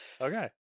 Okay